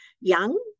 young